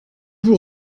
vous